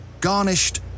garnished